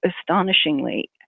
astonishingly